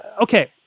Okay